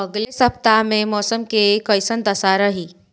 अलगे सपतआह में मौसम के कइसन दशा रही?